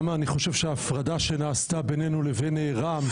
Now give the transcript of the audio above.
אני חושב שגם ההפרדה שנעשתה בינינו לבין רע"מ,